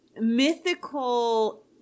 mythical